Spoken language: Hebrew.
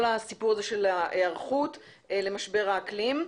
הסיפור הזה של ההיערכות למשבר האקלים.